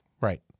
Right